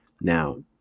Now